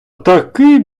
такий